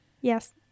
Yes